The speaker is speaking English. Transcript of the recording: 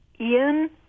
Ian